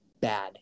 bad